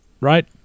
right